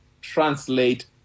translate